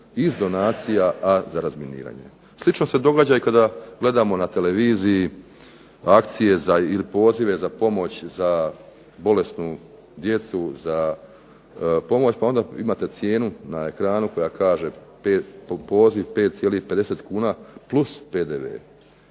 iz donacija, a za razminiranje. Slično se događa i kada gledamo na televiziji akcije ili pozive za pomoć za bolesnu djecu, za pomoć pa onda imate cijenu na ekranu koja kaže poziv 5,50 kuna plus PDV.